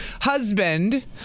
husband